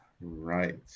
Right